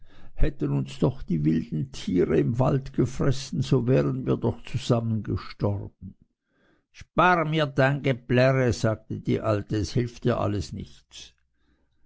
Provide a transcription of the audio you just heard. hätten uns nur die wilden tiere im wald gefressen so wären wir doch zusammen gestorben spar nur dein geblärre sagte die alte es hilft dir alles nichts